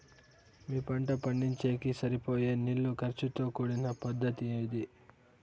మీ పంట పండించేకి సరిపోయే నీళ్ల ఖర్చు తో కూడిన పద్ధతి ఏది?